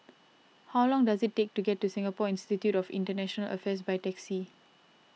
how long does it take to get to Singapore Institute of International Affairs by taxi